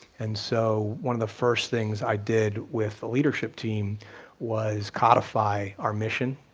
and so one of the first things i did with a leadership team was codify our mission,